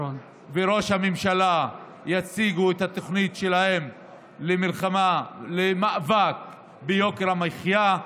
וראש הממשלה יציגו את התוכנית שלהם למאבק ביוקר המחיה.